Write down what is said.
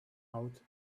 out